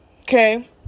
Okay